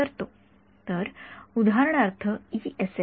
तर उदाहरणार्थ व्याख्या काय आहे